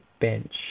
bench